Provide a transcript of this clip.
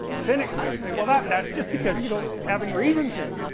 a cynic might say well that, that's just because you don't have any reason to